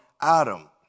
Adam